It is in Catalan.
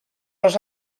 els